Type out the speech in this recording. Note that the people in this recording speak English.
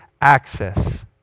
access